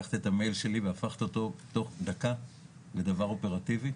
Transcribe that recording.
שלקחת את המייל שלי והפכת אותו תוך דקה לדבר אופרטיבי,